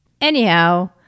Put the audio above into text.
Anyhow